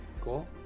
cool